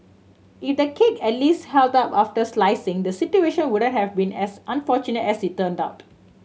if the cake at least held up after slicing the situation wouldn't have been as unfortunate as it turned out